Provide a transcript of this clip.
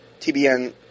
TBN